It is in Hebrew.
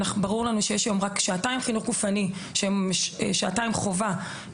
ברור לנו שיש היום רק שעתיים חינוך גופני שהן שעתיים חובה לתלמידים.